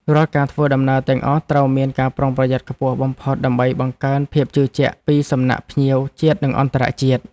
រាល់ការធ្វើដំណើរទាំងអស់ត្រូវមានការប្រុងប្រយ័ត្នខ្ពស់បំផុតដើម្បីបង្កើនភាពជឿជាក់ពីសំណាក់ភ្ញៀវជាតិនិងអន្តរជាតិ។